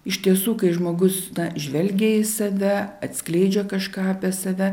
iš tiesų kai žmogus žvelgia į save atskleidžia kažką apie save